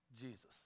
Jesus